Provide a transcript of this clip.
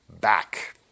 back